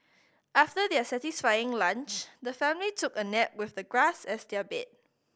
after their satisfying lunch the family took a nap with the grass as their bed